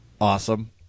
Awesome